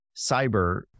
cyber